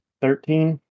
Thirteen